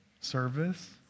service